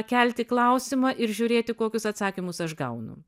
kelti klausimą ir žiūrėti kokius atsakymus aš gaunu